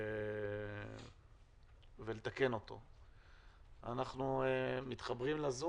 הנוסחה שתקפנו אותה פה, בוועדת